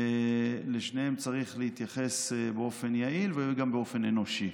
ולשניהם צריך להתייחס באופן יעיל ואנושי.